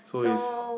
so is